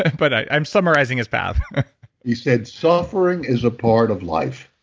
but i'm summarizing his path he said, suffering is a part of life.